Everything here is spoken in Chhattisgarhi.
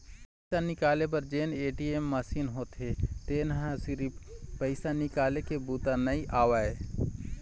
पइसा निकाले बर जेन ए.टी.एम मसीन होथे तेन ह सिरिफ पइसा निकाले के बूता नइ आवय